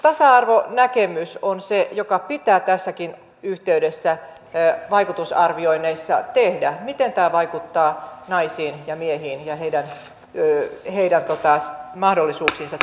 tasa arvonäkemys on se joka pitää tässäkin yhteydessä vaikutusarvioinneissa tehdä miten tämä vaikuttaa naisiin ja miehiin ja heidän mahdollisuuksiinsa työelämässä